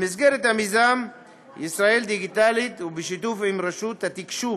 במסגרת המיזם ישראל דיגיטלית ובשיתוף עם רשות התקשוב,